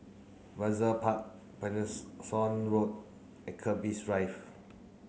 Brizay Park Road and Keris Drive